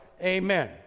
Amen